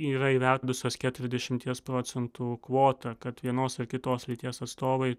yra įvedusios keturiasdešimties procentų kvotą kad vienos ar kitos lyties atstovai